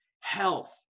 health